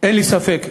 אין לי ספק שאתה,